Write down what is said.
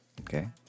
Okay